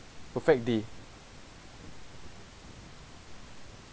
perfect day